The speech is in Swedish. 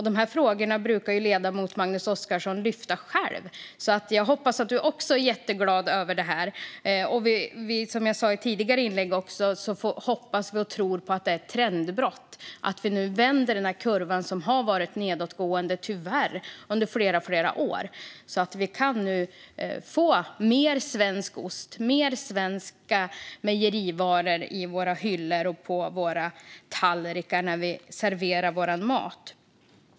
De här frågorna brukar ledamoten Magnus Oscarsson själv lyfta, så jag hoppas att han också är jätteglad över det här. Som jag sa i ett tidigare inlägg hoppas och tror vi att det är ett trendbrott och att vi nu vänder kurvan som tyvärr har varit nedåtgående under flera år, så att vi kan få mer svenska mejerivaror på våra hyllor och på våra tallrikar när vi serverar vår mat.